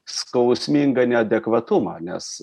skausmingą neadekvatumą nes